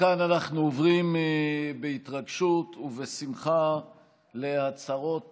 מכאן אנחנו עוברים בהתרגשות ובשמחה להצהרות